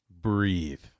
Breathe